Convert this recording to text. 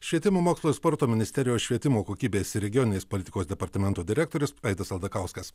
švietimo mokslo ir sporto ministerijos švietimo kokybės ir regioninės politikos departamento direktorius aidas aldakauskas